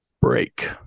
break